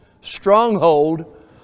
stronghold